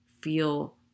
feel